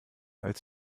als